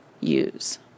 use